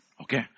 Okay